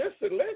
listen